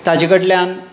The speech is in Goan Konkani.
ताचे कडल्यान